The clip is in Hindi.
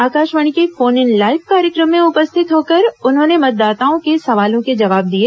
आकाशवाणी के फोन इन लाइव कार्यक्रम में उपस्थित होकर उन्होंने मतदाताओं के सवालों के जवाब दिए